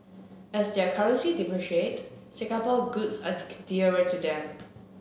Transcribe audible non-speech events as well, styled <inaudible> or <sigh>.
as their currencies depreciate Singapore goods are <unintelligible> dearer to them